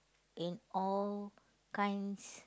in all kinds